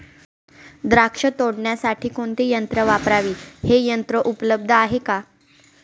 द्राक्ष तोडण्यासाठी कोणते यंत्र वापरावे? हे यंत्र उपलब्ध आहे का?